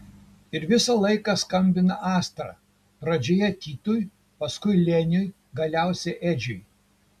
ir visą laiką skambina astra pradžioje titui paskui leniui galiausiai edžiui